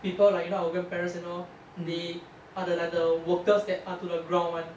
people like you know our grandparents and all they are the like the workers that are to the ground [one]